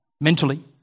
mentally